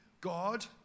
God